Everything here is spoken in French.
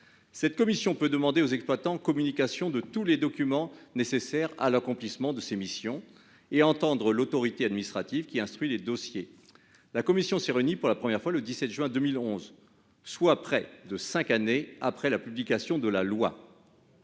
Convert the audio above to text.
Cette commission peut demander aux exploitants communication de tout document nécessaire à l'accomplissement de ses missions et entendre l'autorité administrative qui instruit les dossiers. La Cnef s'est réunie pour la première fois le 17 juin 2011, soit près de cinq ans après la publication de la loi.